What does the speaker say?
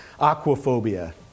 Aquaphobia